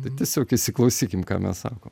tai tiesiog įsiklausykim ką mes sakom